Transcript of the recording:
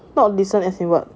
not decent as in what